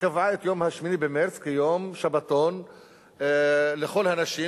שקבעה את יום ה-8 במרס כיום שבתון לכל הנשים